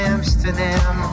Amsterdam